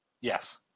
Yes